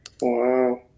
Wow